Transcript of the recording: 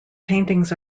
paintings